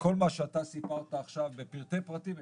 שאתה סיפרת עכשיו בפרטי פרטים,